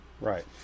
right